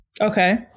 Okay